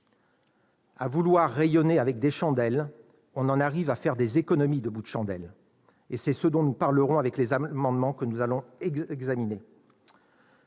À vouloir rayonner avec des chandelles, on en arrive à faire des économies de bouts de chandelles. Nous le verrons au travers des amendements que nous allons examiner.